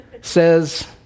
says